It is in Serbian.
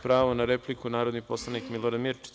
Pravo na repliku, narodni poslanik Milorad Mirčić.